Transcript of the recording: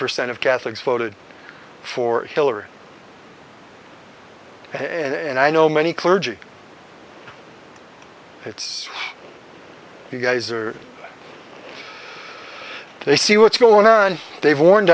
percent of catholics voted for hillary and i know many clergy it's you guys are they see what's going on they've warned